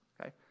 okay